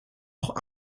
auch